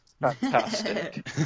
Fantastic